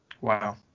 Wow